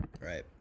Right